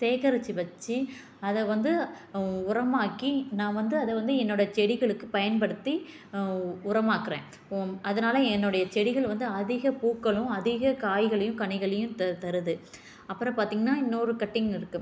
சேகரித்து வச்சு அதை வந்து உரமாக்கி நான் வந்து அதை வந்து என்னோட செடிகளுக்கு பயன்படுத்தி உரமாக்குகிறேன் அதனால் என்னுடைய செடிகள் வந்து அதிக பூக்களும் அதிக காய்களையும் கனிகளையும் த தருது அப்புறம் பார்த்திங்கன்னா இன்னொரு கட்டிங் இருக்கு